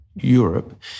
Europe